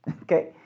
okay